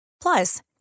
Plus